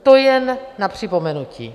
To jen na připomenutí.